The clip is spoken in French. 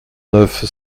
neuf